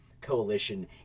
coalition